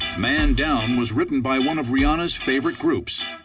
man down was written by one of rihanna's favorite groups,